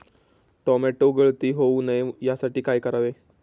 Tomato गळती होऊ नये यासाठी काय करावे?